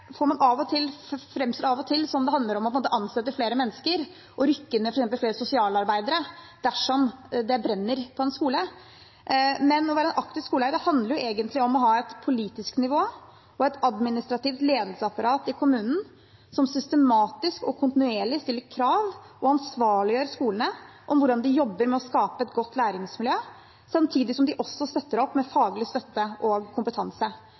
handler om å ansette flere mennesker og rykke inn med f.eks. flere sosialarbeidere dersom det brenner på en skole. Men å være en aktiv skoleeier handler egentlig om å ha et politisk nivå og et administrativt ledelsesapparat i kommunen som systematisk og kontinuerlig stiller krav og ansvarliggjør skolene med hensyn til hvordan de jobber med å skape et godt læringsmiljø samtidig som de også støtter opp med faglig støtte og kompetanse